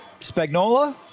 Spagnola